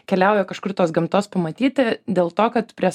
keliauja kažkur tos gamtos pamatyti dėl to kad prie